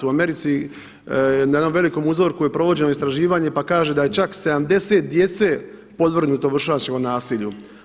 U Americi na jednom velikom uzorku je provođeno istraživanje pa kaže da je čak 70 djece podvrgnuto vršnjačkom nasilju.